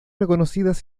reconocidas